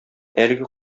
әлеге